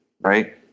right